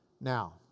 Now